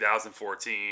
2014